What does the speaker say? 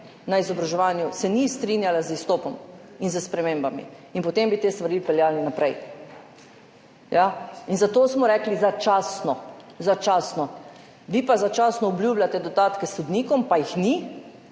na izobraževanju ni strinjala z izstopom in s spremembami. In potem bi te stvari peljali naprej. Ja? In zato smo rekli začasno. Začasno. Vi pa začasno obljubljate dodatke sodnikom, pa jih ni,